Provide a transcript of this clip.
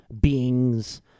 beings